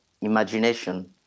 imagination